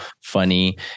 funny